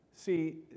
See